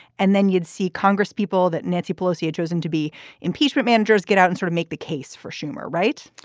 and then you'd see congresspeople that nancy pelosi chosen to be impeachment managers get out and sort of make the case for schumer, right?